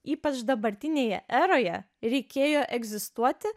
ypač dabartinėje eroje reikėjo egzistuoti